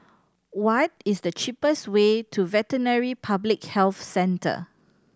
what is the cheapest way to Veterinary Public Health Centre